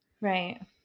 Right